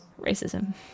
Racism